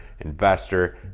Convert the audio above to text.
investor